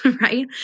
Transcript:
right